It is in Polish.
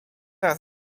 raz